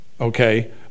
Okay